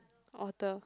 author